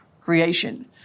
creation